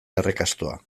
errekastoa